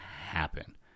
happen